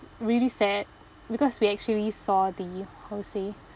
really sad because we actually saw the how to say